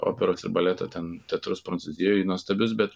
operos ir baleto ten teatrus prancūzijoj nuostabius bet